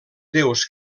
déus